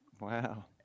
wow